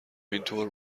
اینطور